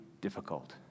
difficult